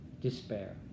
despair